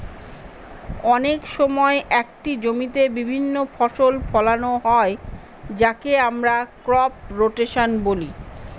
অনেক সময় একটি জমিতে বিভিন্ন ফসল ফোলানো হয় যাকে আমরা ক্রপ রোটেশন বলি